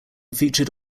featured